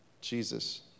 Jesus